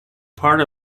part